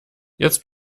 jetzt